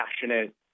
passionate